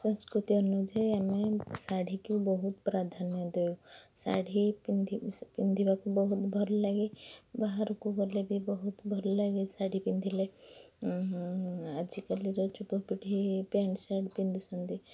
ସଂସ୍କୃତି ଅନୁଯାୟୀ ଆମେ ଶାଢ଼ୀକୁ ବହୁତ ପ୍ରାଧାନ୍ୟ ଦେଉ ଶାଢ଼ୀ ପିନ୍ଧିବାକୁ ବହୁତ ଭଲ ଲାଗେ ବାହାରକୁ ଗଲେ ବି ବହୁତ ଭଲ ଲାଗେ ଶାଢ଼ୀ ପିନ୍ଧିଲେ ଆଜିକାଲିର ଯୁବପିଢ଼ି ପେଣ୍ଟ୍ ସାର୍ଟ୍ ପିନ୍ଧୁଛନ୍ତି